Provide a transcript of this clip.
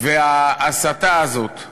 וההסתה הזאת,